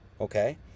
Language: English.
Okay